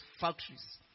factories